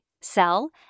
sell